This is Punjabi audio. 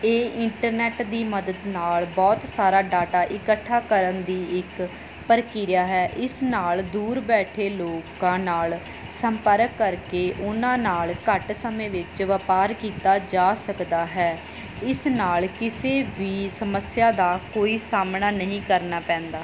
ਇਹ ਇੰਟਰਨੈਟ ਦੀ ਮਦਦ ਨਾਲ ਬਹੁਤ ਸਾਰਾ ਡਾਟਾ ਇਕੱਠਾ ਕਰਨ ਦੀ ਇੱਕ ਪ੍ਰਕਿਰਿਆ ਹੈ ਇਸ ਨਾਲ ਦੂਰ ਬੈਠੇ ਲੋਕਾਂ ਨਾਲ ਸੰਪਰਕ ਕਰਕੇ ਉਹਨਾਂ ਨਾਲ ਘੱਟ ਸਮੇਂ ਵਿੱਚ ਵਪਾਰ ਕੀਤਾ ਜਾ ਸਕਦਾ ਹੈ ਇਸ ਨਾਲ ਕਿਸੇ ਵੀ ਸਮੱਸਿਆ ਦਾ ਕੋਈ ਸਾਹਮਣਾ ਨਹੀਂ ਕਰਨਾ ਪੈਂਦਾ